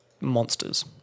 monsters